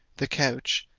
the couch,